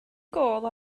gôl